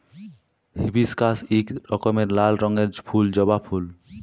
hibiscus ইক রকমের লাল রঙের ফুল জবা ফুল